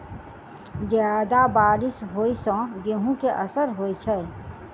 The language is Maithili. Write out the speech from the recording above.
जियादा बारिश होइ सऽ गेंहूँ केँ असर होइ छै?